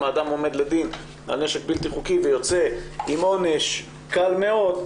אם האדם עומד לדין על נשק בלתי-חוקי ויוצא עם עונש קל מאוד,